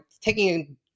taking